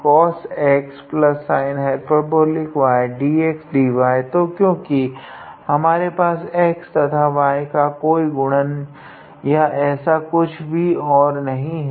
तो क्योकि हमारे पास x तथा y का कोई गुणन या ऐसा ही कुछ और नहीं है